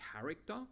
character